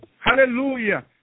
Hallelujah